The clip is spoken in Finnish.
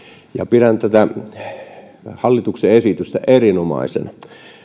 pidän tätä hallituksen esitystä erinomaisena